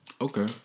Okay